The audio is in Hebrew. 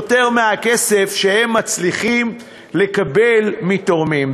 יותר מהכסף שהם מצליחים לקבל מתורמים?